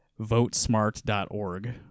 votesmart.org